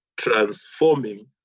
transforming